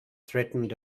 threatened